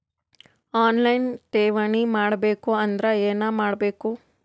On line ಠೇವಣಿ ಮಾಡಬೇಕು ಅಂದರ ಏನ ಮಾಡಬೇಕು?